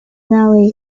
now